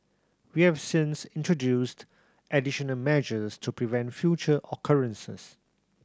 we have since introduced additional measures to prevent future occurrences